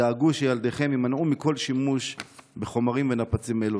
דאגו שילדיכם יימנעו מכל שימוש בחומרים ונפצים אלו.